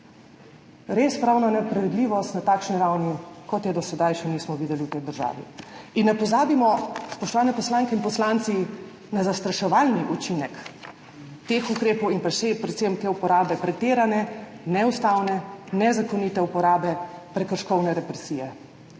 Res, pravna nepredvidljivost na takšni ravni, kot je do sedaj še nismo videli v tej državi. In ne pozabimo, spoštovane poslanke in poslanci, na zastraševalni učinek teh ukrepov in predvsem te uporabe pretirane, neustavne, nezakonite uporabe prekrškovne represije,